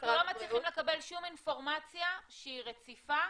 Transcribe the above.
אנחנו לא מצליחים לקבל שום אינפורמציה שהיא רציפה.